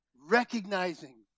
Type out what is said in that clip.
recognizing